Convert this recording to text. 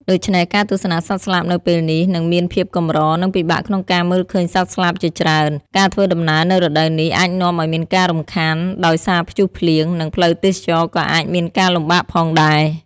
ដូច្នេះការទស្សនាសត្វស្លាបនៅពេលនេះនឹងមានភាពកម្រ និងពិបាកក្នុងការមើលឃើញសត្វស្លាបជាច្រើន។ ការធ្វើដំណើរនៅរដូវនេះអាចនាំឲ្យមានការរំខានដោយសារព្យុះភ្លៀង និងផ្លូវទេសចរណ៍ក៏អាចមានការលំបាកផងដែរ។